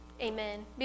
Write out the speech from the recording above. Amen